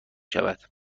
شود